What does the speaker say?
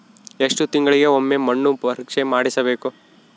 ಎಷ್ಟು ತಿಂಗಳಿಗೆ ಒಮ್ಮೆ ಮಣ್ಣು ಪರೇಕ್ಷೆ ಮಾಡಿಸಬೇಕು?